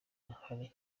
ahari